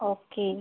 okay